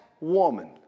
woman